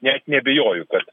net neabejoju kad